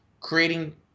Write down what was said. creating